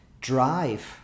drive